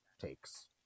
takes